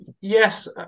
Yes